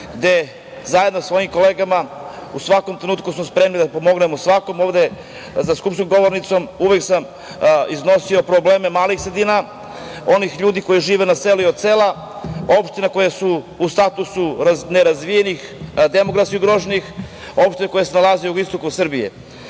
gde zajedno sa svojim kolegama u svakom trenutku smo spremni da pomognemo svakome. Za skupštinskom govornicom uvek sam iznosio probleme malih sredina onih ljudi koji žive na selu i od sela, opštine koje su u statusu nerazvijenih, demografski ugroženih, opština koje se nalaze na jugoistoku Srbije. Inače,